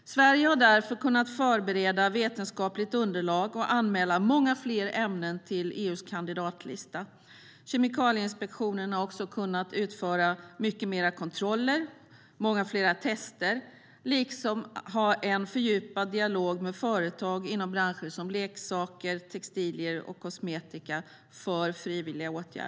Sverige har därför kunnat förbereda vetenskapliga underlag och anmäla många fler ämnen till EU:s kandidatlista. Kemikalieinspektionen har också kunnat utföra många fler kontroller och tester, liksom ha en fördjupad dialog om frivilliga åtgärder med företag inom branscher som leksaker, textilier och kosmetika.